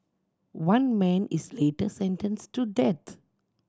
one man is later sentenced to death